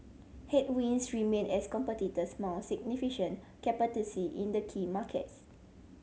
headwinds remain as competitors mount significant in the key markets